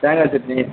தேங்காய் சட்னி